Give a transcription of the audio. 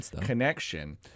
connection